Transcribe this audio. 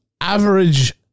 average